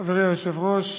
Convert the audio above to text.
חברי היושב-ראש,